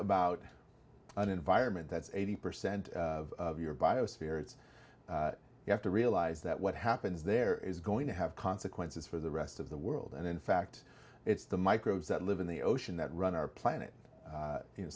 about an environment that's eighty percent of your biosphere it's you have to realize that what happens there is going to have consequences for the rest of the world and in fact it's the microbes that live in the ocean that run our planet you know